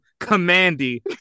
Commandy